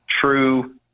true